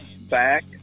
back